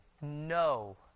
no